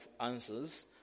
answers